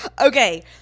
Okay